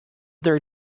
their